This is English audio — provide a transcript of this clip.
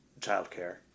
childcare